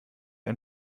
ein